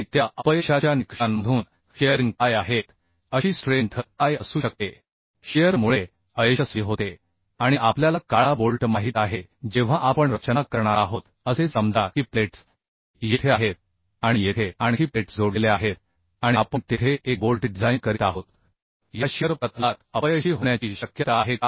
आणि त्या अपयशाच्या निकषांमधून शिअरिंग काय आहेत अशी स्ट्रेंथ काय असू शकते शिअर मुळे अयशस्वी होते आणि आपल्याला काळा बोल्ट माहित आहे जेव्हा आपण रचना करणार आहोत असे समजा की प्लेट्स येथे आहेत आणि येथे आणखी प्लेट्स जोडलेल्या आहेत आणि आपण तेथे एक बोल्ट डिझाइन करीत आहोत या शिअर प्रतलात अपयशी होण्याची शक्यता आहे का